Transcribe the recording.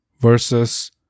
versus